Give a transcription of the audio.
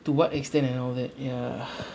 to what extent and all that ya